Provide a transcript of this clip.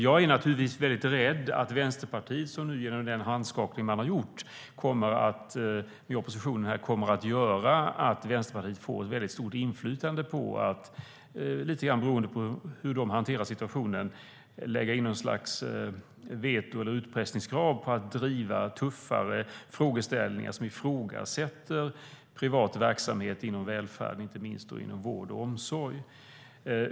Jag är naturligtvis väldigt rädd för att Vänsterpartiet genom den överenskommelse man gjort kommer att få ett stort inflytande, lite grann beroende på hur de hanterar situationen, och kan lägga in något slags veto eller utpressningskrav på att regeringen ska vara tuffare och ifrågasätta privat verksamhet inom välfärden, inte minst inom vård och omsorg.